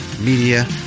Media